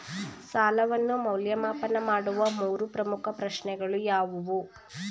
ಸಾಲವನ್ನು ಮೌಲ್ಯಮಾಪನ ಮಾಡುವ ಮೂರು ಪ್ರಮುಖ ಪ್ರಶ್ನೆಗಳು ಯಾವುವು?